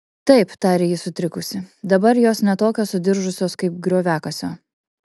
taip tarė ji sutrikusi dabar jos ne tokios sudiržusios kaip grioviakasio